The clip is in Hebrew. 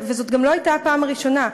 וזאת גם לא הייתה הפעם הראשונה.